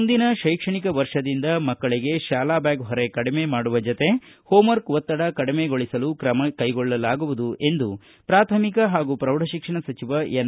ಮುಂದಿನ ಶೈಕ್ಷಣಿಕ ವರ್ಷದಿಂದ ಮಕ್ಕಳಿಗೆ ಶಾಲಾ ಬ್ಲಾಗ್ ಹೊರೆ ಕಡಿಮೆ ಮಾಡುವ ಜತೆಗೆ ಹೋಂವರ್ಕ್ ಒತ್ತಡ ಕಡಿಮೆ ಮಾಡಲಾಗುವುದು ಎಂದು ಪ್ರಾಥಮಿಕ ಹಾಗೂ ಪ್ರೌಢಶಿಕ್ಷಣ ಸಚಿವ ಎನ್